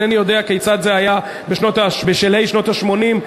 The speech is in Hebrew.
אינני יודע כיצד זה היה בשלהי שנות ה-80,